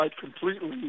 completely